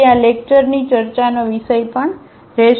તેથી તે આ લેક્ચરની ચર્ચાનો વિષય પણ રહેશે